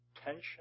tension